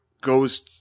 goes